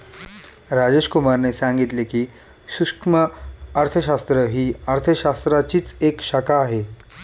राजेश कुमार ने सांगितले की, सूक्ष्म अर्थशास्त्र ही अर्थशास्त्राचीच एक शाखा आहे